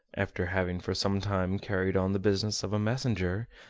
after having for some time carried on the business of a messenger,